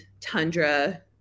tundra